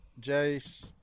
Jace